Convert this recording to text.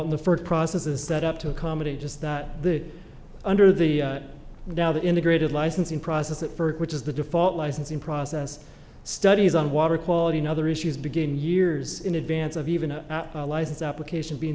in the first processes set up to accommodate just that the under the tao the integrated licensing process at first which is the default licensing process studies on water quality and other issues begin years in advance of even a license application being